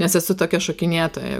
nes esu tokia šokinėtoja